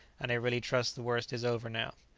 and i really trust the worst is over now.